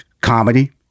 comedy